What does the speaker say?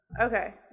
Okay